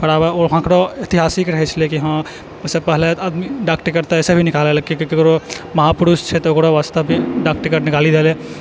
आओर वहाँके ऐतिहासिक रहै छलै कि हँ ओहिसँ पहिने डाकटिकट तऽ ऐसे भी निकललकै कि केकरो महापुरुष छै तऽ ओकरो वास्ते भी डाकटिकट निकाली देली